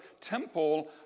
temple